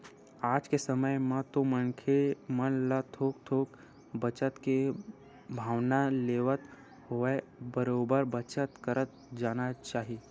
आज के समे म तो मनखे मन ल थोक थोक बचत के भावना लेवत होवय बरोबर बचत करत जाना चाही